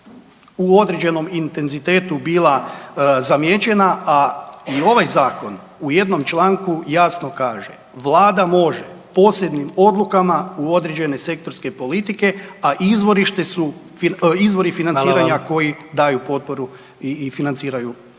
u određenom intenzitetu bila zamijećena, a i ovaj zakon u jednom članku jasno kaže vlada može posebnim odlukama u određene sektorske politike, a izvorište su izvori financiranja koji daju potporu i financiraju provedbu